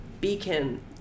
beacon